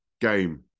game